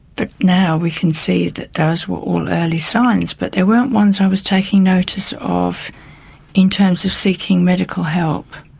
but now we can see that those were all early signs, but they weren't ones i was taking notice of in terms of seeking medical help.